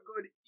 good